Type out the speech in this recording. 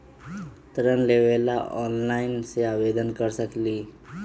ऋण लेवे ला ऑनलाइन से आवेदन कर सकली?